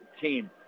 team